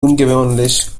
ungewöhnlich